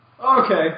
Okay